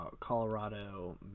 Colorado